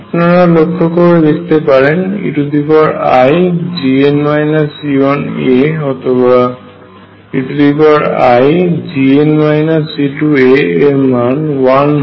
আপনারা লক্ষ্য করে দেখতে পারেন eia অথবা eia এর মান 1 হয়